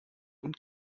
und